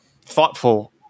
thoughtful